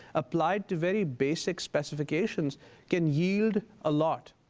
applied to very basic specifications can yield a lot.